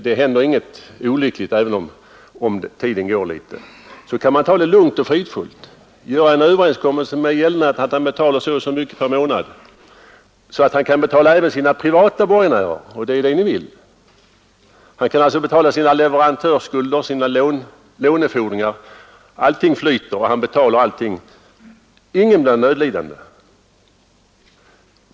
Det inträffar inga olyckor även om det går en tid. Han kan därför lugnt och fridfullt träffa överenskommelse med gäldenären om att denne skall betala så och så mycket per månad. Då kan gäldenären också betala sina privata borgenärer, och det är ju det ni vill. Han kan betala sina leverantörsskulder, låneskulder och liknande. Allting flyter, och ingen blir lidande.